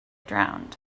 drowned